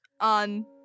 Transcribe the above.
on